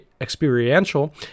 experiential